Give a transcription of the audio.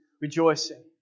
rejoicing